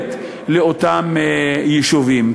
תועלת לאותם יישובים,